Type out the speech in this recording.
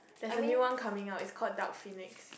that's the new one coming out is called Dark Phoenix